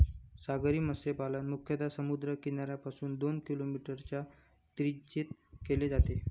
सागरी मत्स्यपालन मुख्यतः समुद्र किनाऱ्यापासून दोन किलोमीटरच्या त्रिज्येत केले जाते